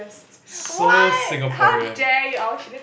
so Singaporean